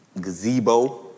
gazebo